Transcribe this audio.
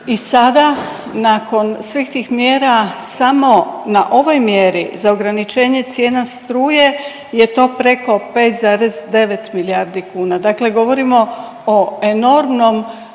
i sada nakon svih tih mjera samo na ovoj mjeri za ograničenje cijena struje je to preko 5,9 milijardi kuna, dakle govorimo o enormnom